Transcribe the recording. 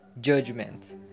judgment